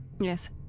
Yes